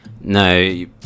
No